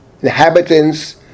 inhabitants